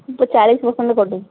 ଚାଳିଶ ପରସେଣ୍ଟ କଟୁ